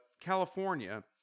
california